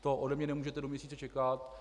To ode mne nemůžete do měsíce čekat.